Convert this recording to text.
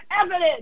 evidence